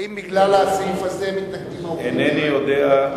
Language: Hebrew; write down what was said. האם בגלל הסעיף הזה מתנגדים העובדים?